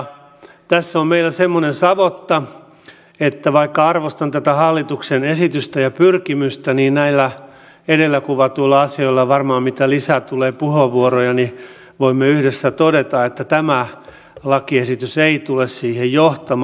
tässä on meillä semmoinen savotta että vaikka arvostan tätä hallituksen esitystä ja pyrkimystä niin näillä edellä kuvatuilla asioilla varmaan mitä lisää tulee puheenvuoroja niin voimme yhdessä todeta tämä lakiesitys ei tule siihen johtamaan